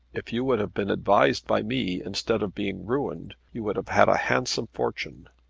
if you would have been advised by me, instead of being ruined, you would have had a handsome fortune.